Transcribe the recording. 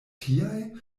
tiaj